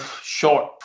short